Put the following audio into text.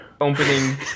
opening